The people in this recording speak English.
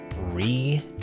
Re